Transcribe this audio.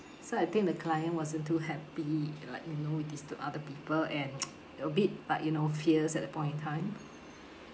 so I think the client wasn't too happy like you know disturb other people and a bit but you know fierce at that point in time